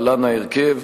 להלן ההרכב: